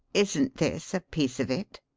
isn't this a piece of it?